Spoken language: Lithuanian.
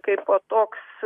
kaipo toks